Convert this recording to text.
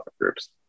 groups